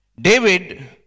David